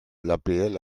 l’apl